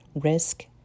risk